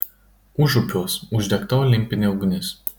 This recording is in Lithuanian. užupiuos uždegta olimpinė ugnis